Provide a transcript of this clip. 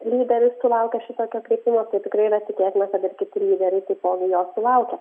lyderis sulaukė šitokio kreipimosi tai tikrai yra tikėtina kad ir kiti lyderiai taipogi jo sulaukė